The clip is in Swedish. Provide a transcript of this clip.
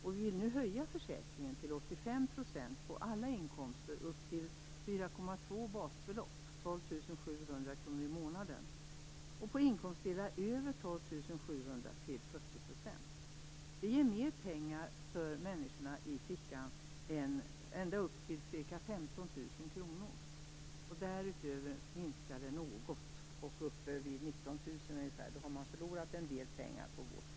Vi vill nu höja försäkringsersättningen till 85 % på alla inkomster upp till 4,2 basbelopp, 12 700 kr i månaden, och på inkomstdelar över 12 700 kr till 40 %. Detta ger ända upp till ca 15 000 kr mer pengar i fickan för människorna. Därutöver minskar det något, och uppe vid ungefär 19 000 kr förlorar man en del pengar på vårt förslag.